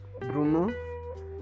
Bruno